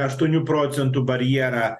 aštuonių procentų barjerą